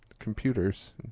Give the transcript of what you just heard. computers